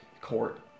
Court